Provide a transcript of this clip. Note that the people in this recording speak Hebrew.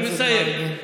אני מסיים.